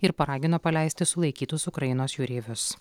ir paragino paleisti sulaikytus ukrainos jūreivius